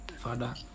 Father